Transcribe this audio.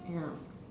ya